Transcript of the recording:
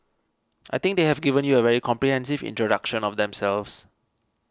I think they have given you a very comprehensive introduction of themselves